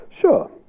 Sure